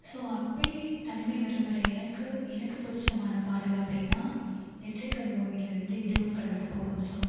so அப்படி தனிமையை விரும்புகிற எனக்கு எனக்கு பிடிச்சமான பாடல் அப்படினா நெற்றிக்கண் மூவீல இருந்து இதுவும் கடந்து போகும் சாங்க்